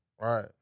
Right